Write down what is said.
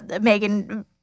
Megan